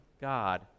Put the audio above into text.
god